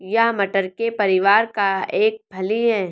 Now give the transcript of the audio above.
यह मटर के परिवार का एक फली है